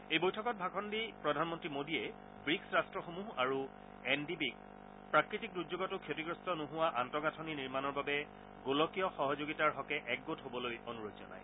এই বৈঠকত ভাষণ দি প্ৰধানমন্ত্ৰী মোদীয়ে ৱিক্ছ ৰাট্টসমূহ আৰু এন ডি বিক প্ৰাকৃতিক দুৰ্যোগতো ক্ষতিগ্ৰস্ত নোহোৱা আন্তঃগাথনি নিৰ্মাণৰ বাবে গোলকীয় সহযোগিতাৰ হকে একগোট হবলৈ অনুৰোধ জনায়